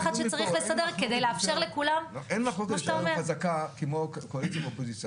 כדי לאפשר לכולם -- אין חזקה כמו אופוזיציה